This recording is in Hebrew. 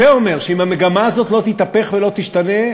זה אומר שאם המגמה הזאת לא תתהפך ולא תשתנה,